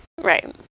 Right